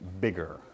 bigger